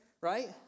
right